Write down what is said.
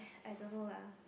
I don't know lah